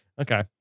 Okay